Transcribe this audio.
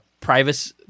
privacy